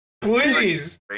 Please